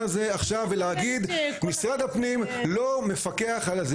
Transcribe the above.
הזה ולהגיד "משרד הפנים לא מפקח על זה".